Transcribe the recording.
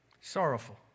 Sorrowful